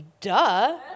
duh